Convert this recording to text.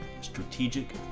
strategic